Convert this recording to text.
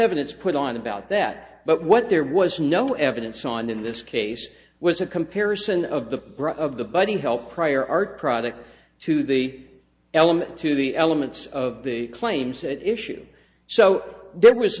evidence put on about that but what there was no evidence on in this case was a comparison of the brother of the buddy helped prior art product to the element to the elements of the claims at issue so there was